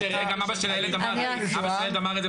אבא של הילד אמר את זה בוועדה.